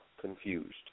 confused